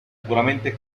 puramente